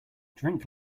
drink